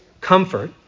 comfort